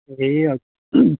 ए